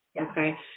okay